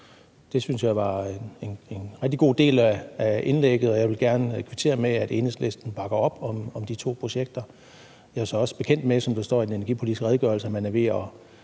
Det synes jeg var en rigtig god del af indlægget, og jeg vil gerne kvittere med at sige, at Enhedslisten bakker op om de to projekter. Jeg er så også bekendt med, at man, som der står i den energipolitiske redegørelse, er ved at